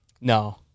No